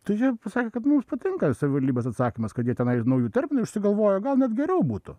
tai ji pasakė kad mums patinka savivaldybės atsakymas kad jie tenai naujų terminų išsigalvoja gal net geriau būtų